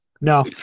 No